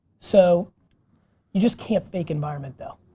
so you just can't fake environment though.